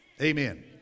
Amen